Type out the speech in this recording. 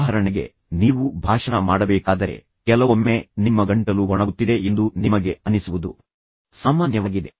ಉದಾಹರಣೆಗೆ ನೀವು ಭಾಷಣ ಮಾಡಬೇಕಾದರೆ ಕೆಲವೊಮ್ಮೆ ನಿಮ್ಮ ಗಂಟಲು ಒಣಗುತ್ತಿದೆ ಎಂದು ನಿಮಗೆ ಅನಿಸುವುದು ಸಾಮಾನ್ಯವಾಗಿದೆ